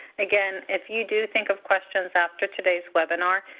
again, if you do think of questions after today's webinar,